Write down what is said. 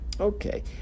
Okay